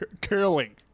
curling